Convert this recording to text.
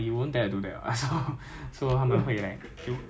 in army I don't know about police but it applies to all camps in army